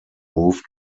moved